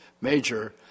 major